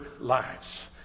lives